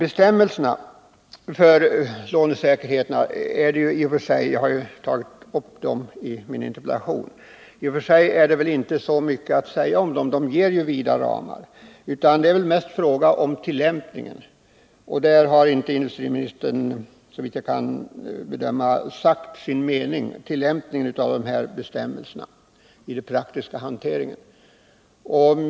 I min interpellation har jag berört gällande bestämmelser om säkerheter för lån. I och för sig är det inte så mycket att säga om dessa. Bestämmelserna medger ju vida ramar. Men vad som här är viktigt är tillämpningen av dessa. Såvitt jag kan bedöma har industriministern inte sagt sin mening när det gäller just tillämpningen av dessa bestämmelser i den praktiska hanteringen.